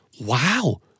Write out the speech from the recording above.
wow